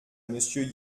monsieur